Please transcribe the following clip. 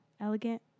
elegant